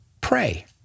pray